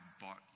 bought